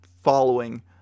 following